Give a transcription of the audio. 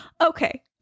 Okay